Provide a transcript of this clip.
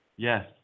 Yes